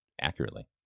accurately